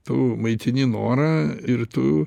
tu maitini norą ir tu